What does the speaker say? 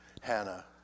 Hannah